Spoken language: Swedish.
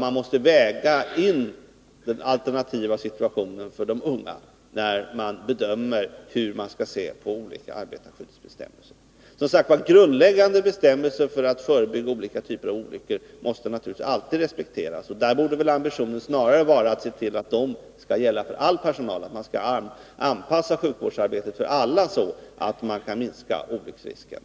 Man måste väga in den alternativa situationen för de unga när man bedömer hur man skall se på olika arbetarskyddsbestämmelser. Som sagt, de grundläggande bestämmelserna för att förebygga olika typer av olyckor måste naturligtvis alltid respekteras. Där borde ambitionen snarare vara att se till att reglerna gäller för all personal och att man skall anpassa sjukvårdsarbetet så, att man kan minska olycksriskerna